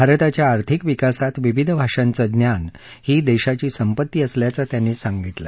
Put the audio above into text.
भारताच्या आर्थिक विकासात विविध भाषांच ज्ञान ही देशाची संपत्ती असल्याचंही त्यांनी सांगितलं